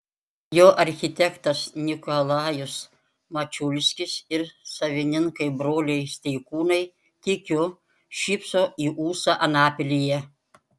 jo architektas nikolajus mačiulskis ir savininkai broliai steikūnai tikiu šypso į ūsą anapilyje